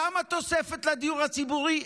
כמה תוספת לדיור הציבורי?